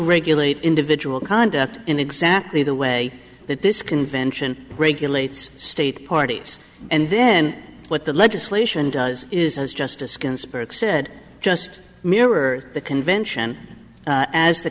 regulate individual conduct in exactly the way that this convention regulates state parties and then what the legislation does is as justice ginsberg said just mirror the convention as the